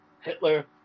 Hitler